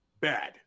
bad